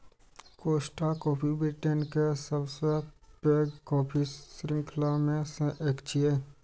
Costa coffee Britain के सबसं पैघ कॉफी शृंखला मे सं एक छियै